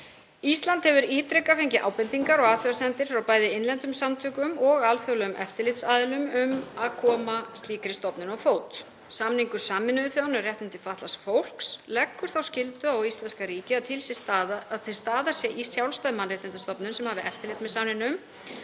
Ísland hefur ítrekað fengið ábendingar og athugasemdir frá bæði innlendum samtökum og alþjóðlegum eftirlitsaðilum um að koma slíkri stofnun á fót. Samningur Sameinuðu þjóðanna um réttindi fatlaðs fólks leggur þá skyldu á íslenska ríkið að til staðar sé sjálfstæð mannréttindastofnun sem hafi eftirlit með samningnum